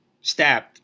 stabbed